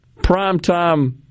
primetime